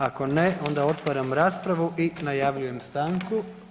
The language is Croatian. Ako ne, onda otvaram raspravu i najavljujem stanku.